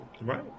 right